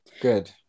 Good